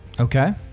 Okay